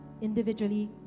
individually